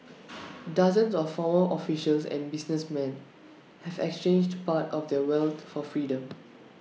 dozens of former officials and businessmen have exchanged part of their wealth for freedom